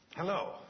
Hello